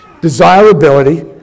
Desirability